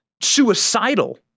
suicidal